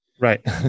Right